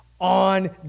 on